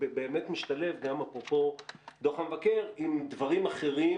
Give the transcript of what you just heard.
באמת משתלב גם אפרופו דוח המבקר עם דברים אחרים